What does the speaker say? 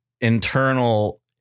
internal